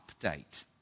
update